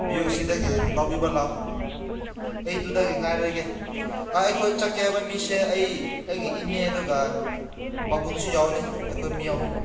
B ꯑꯣ ꯁꯤꯗꯒꯤ ꯂꯧꯕꯤꯕ ꯂꯥꯛꯑꯣ ꯑꯩ ꯑꯗꯨꯗꯒꯤ ꯉꯥꯏꯔꯒꯦ ꯑꯩꯈꯣꯏ ꯆꯠꯀꯦ ꯍꯥꯏꯕ ꯃꯤꯁꯦ ꯑꯩ ꯑꯩꯒꯤ ꯏꯅꯦ ꯑꯗꯨꯒ ꯄꯥꯕꯨꯡꯁꯨ ꯌꯥꯎꯅꯤ ꯑꯩꯈꯣꯏ ꯃꯤ ꯑꯍꯨꯝ